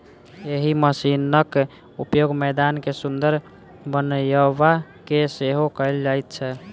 एहि मशीनक उपयोग मैदान के सुंदर बनयबा मे सेहो कयल जाइत छै